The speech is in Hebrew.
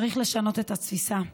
צריך לשנות את התפיסה,